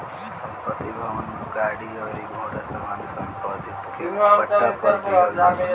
संपत्ति, भवन, गाड़ी अउरी घोड़ा सामान्य सम्पत्ति के पट्टा पर दीहल जाला